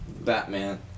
Batman